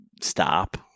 stop